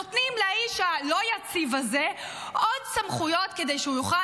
נותנים לאיש הלא-יציב הזה עוד סמכויות כדי שהוא יוכל